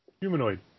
humanoid